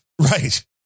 Right